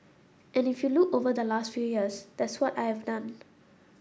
and if you look over the last few years that's what I have done